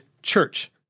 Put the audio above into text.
Church